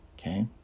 okay